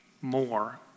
more